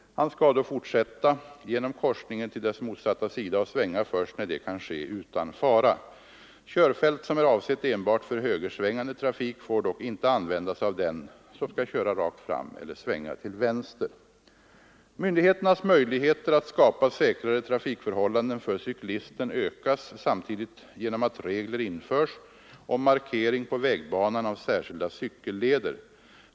Han skall då fortsätta genom korsningen till dess motsatta sida och svänga först när det kan ske utan fara. Körfält som är avsett enbart för högersvängande trafik får dock inte användas av den som skall köra rakt fram eller svänga till vänster. Myndigheternas möjligheter att skapa säkrare trafikförhållanden för cyklisten ökas samtidigt genom att regler införs om markering på vägbanan av särskilda cykelleder.